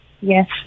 Yes